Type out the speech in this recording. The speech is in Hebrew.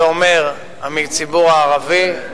זה אומר הציבור הערבי,